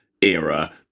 era